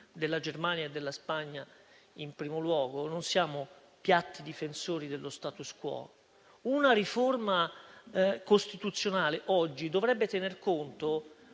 la Germania e la Spagna in primo luogo. Non siamo piatti difensori dello *status quo*. Una riforma costituzionale oggi dovrebbe tener conto